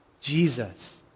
Jesus